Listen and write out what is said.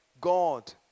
God